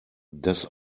das